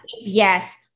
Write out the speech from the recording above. Yes